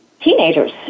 teenagers